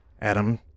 Adam